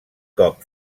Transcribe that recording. cop